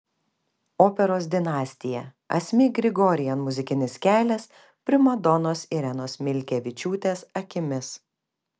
operos dinastija asmik grigorian muzikinis kelias primadonos irenos milkevičiūtės akimis